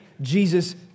Jesus